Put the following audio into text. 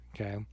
okay